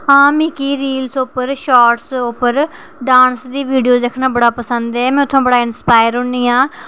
हां मिकी रील्स उप्पर शार्ट्स उप्पर डांस दी वीडियो दिक्खना बड़ा पसंद ऐ में उत्थुआं बड़ा इन्सपायर होन्नी आं